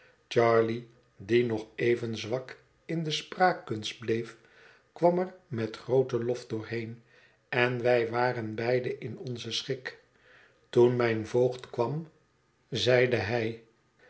die nog even zwak in de spraakkunst bleef kwam er met grooten lof doorheen en wij waren beide in onzen schik toen mijn voogd kwam zeide hij